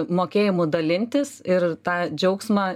mokėjimu dalintis ir tą džiaugsmą